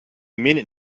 minute